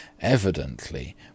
evidently